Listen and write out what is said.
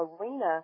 arena